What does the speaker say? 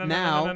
now